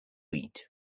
eat